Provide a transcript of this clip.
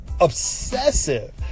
Obsessive